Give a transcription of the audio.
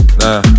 nah